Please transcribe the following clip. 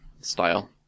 style